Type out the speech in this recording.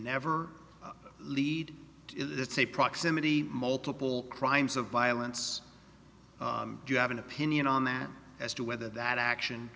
never lead to proximity multiple crimes of violence do you have an opinion on that as to whether that action